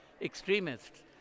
extremists